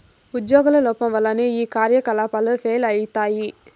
ఉజ్యోగుల లోపం వల్లనే ఈ కార్యకలాపాలు ఫెయిల్ అయితయి